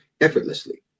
effortlessly